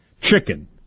Chicken